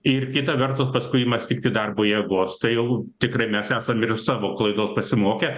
ir kita vertus paskui ima stigti darbo jėgos tai jau tikrai mes esam ir iš savo klaidos pasimokę